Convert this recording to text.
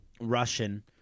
Russian